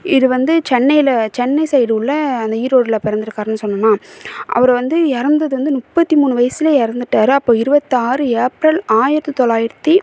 இது வந்து சென்னையில் சென்னை சைட் உள்ள அந்த ஈரோடில் பிறந்துருக்காருன்னு சொன்னேன்னா அவர் வந்து இறந்தது வந்து முப்பத்தி மூணு வயசுல இறந்துட்டாரு அப்போ இருபத்தாறு ஏப்ரல் ஆயிரத்து தொள்ளாயிரத்து